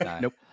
nope